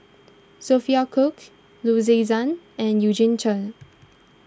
Sophia Cooke Loo Zihan and Eugene Chen